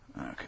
Okay